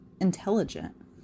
intelligent